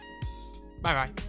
Bye-bye